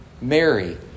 Mary